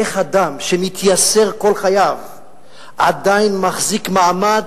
איך אדם שמתייסר כל חייו עדיין מחזיק מעמד,